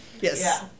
Yes